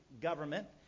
government